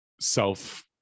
self